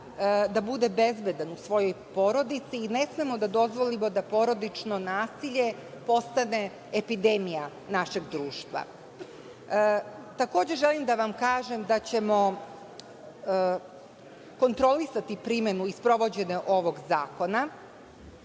da bude bezbedan u svojoj porodici i ne smemo da dozvolimo da porodično nasilje postane epidemija našeg društva. Takođe želim da vam kažem da ćemo kontrolisati primenu i sprovođenje ovog zakona